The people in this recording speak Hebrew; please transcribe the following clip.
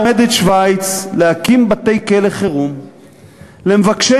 שווייץ עומדת להקים בתי-כלא חירום למבקשי